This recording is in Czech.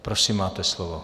Prosím, máte slovo.